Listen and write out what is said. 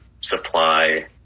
supply